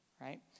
right